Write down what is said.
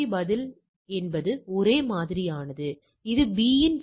நாம் முழு பகுதியையும் எடுத்துக் கொண்டால் நிகழ்தகவு 1 ஆகும் மற்றும் பகுதி 1 ஆகும்